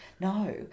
No